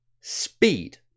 speed